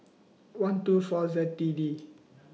one two four Z T D